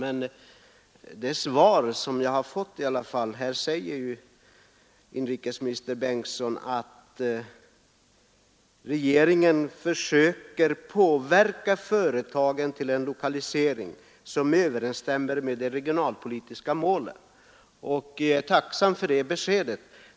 Men i det svar som jag har fått säger inrikesminister Bengtsson i alla fall att regeringen försöker påverka företagen till en lokalisering som överensstämmer med de lokaliseringspolitiska målen. Jag är tacksam för det beskedet.